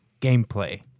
gameplay